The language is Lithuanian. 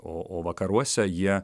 o o vakaruose jie